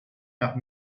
nach